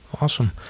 Awesome